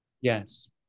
Yes